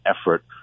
effort